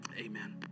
Amen